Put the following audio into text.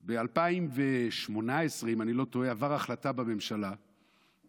ב-2018, אם אני לא טועה, עברה החלטה בממשלה בעקבות